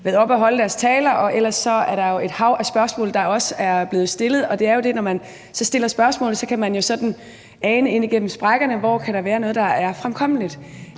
oppe og holde deres taler, og ellers er der jo et hav af spørgsmål, der også er blevet stillet. Der er jo det med at stille spørgsmål, at man sådan kan ane ind igennem sprækkerne, hvor der kan være noget, der er fremkommeligt.